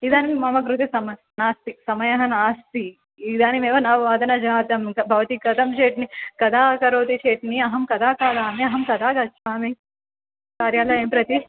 इदानीं मम कृते सम नास्ति समयः नास्ति इदानीमेव नववादन जातं भवती कथं चट्नी कदा करोति चट्नी अहं कदा खादामि अहं कदा गच्छामि कार्यालयं प्रति